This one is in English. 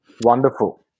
Wonderful